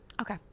Okay